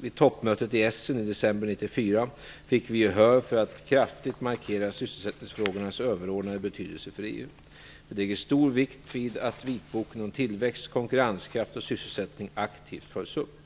Vid toppmötet i Essen i december 1994 fick vi gehör för att kraftigt markera sysselsättningsfrågornas överordnade betydelse för EU. Vi lägger stor vikt vid att Vitboken om tillväxt, konkurrenskraft och sysselsättning aktivt följs upp.